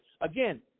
Again